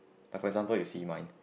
like for example you see mine